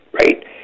right